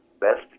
best